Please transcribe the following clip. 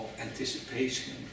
anticipation